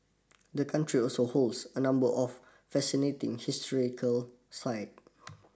the country also holds a number of fascinating historical site